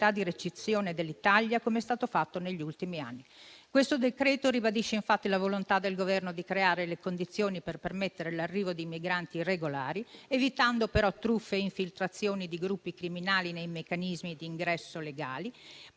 di ricezione dell'Italia, come è stato fatto negli ultimi anni. Questo decreto-legge ribadisce infatti la volontà del Governo di creare le condizioni per permettere l'arrivo di migranti irregolari, evitando però truffe e infiltrazioni di gruppi criminali nei meccanismi di ingresso legali,